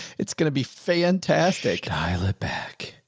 it's going to be fantastic. dial it back,